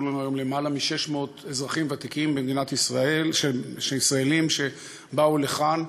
שהיו לנו היום למעלה מ-600 אזרחים ותיקים ישראלים שבאו לכאן.